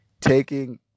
taking